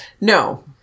No